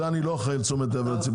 אני לא אחראי על תשומת הלב הציבורית.